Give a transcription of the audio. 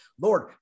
Lord